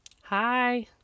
Hi